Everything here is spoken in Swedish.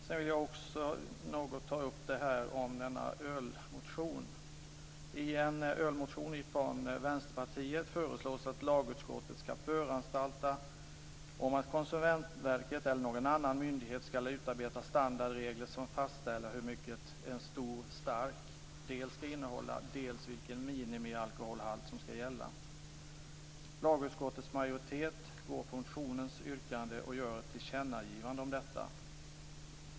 Jag vill också något ta upp ölförsäljningen. I en ölmotion från Vänsterpartiet föreslås att lagutskottet ska föranstalta om att Konsumentverket eller någon annan myndighet ska utarbeta standardregler som fastställer hur mycket "en stor stark" dels ska innehålla, dels vilken minimialkoholhalt som ska gälla. Lagutskottets majoritet går på motionens yrkande och gör ett tillkännagivande om detta.